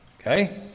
okay